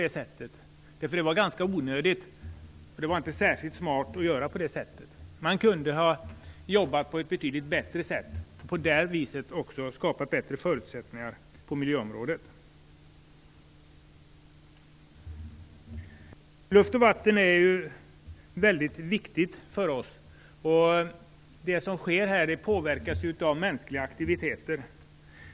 Det var ganska onödigt, och jag tycker inte att det var särskilt smart att göra på det sättet. Man kunde ha jobbat på ett betydligt bättre sätt och därmed också skapat bättre förutsättningar på miljöområdet. Luft och vatten är väldigt viktigt för oss. Det som sker här påverkas av mänskliga aktiviteter.